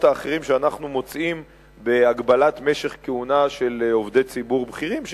האחרים שאנחנו מוצאים בהגבלת משך כהונה של עובדי ציבור בכירים,